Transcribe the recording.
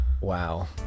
wow